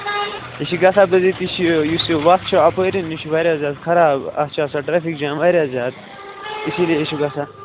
یہِ چھِ گژھان بِزٲتی چھِ یُس یہِ وَتھ چھِ اَپٲرٮ۪ن یہِ چھِ واریاہ زیادٕ خراب اَتھ چھِ آسان ٹرٛیفِک جام واریاہ زیادٕ اسی لیے چھِ گژھان